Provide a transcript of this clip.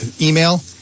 email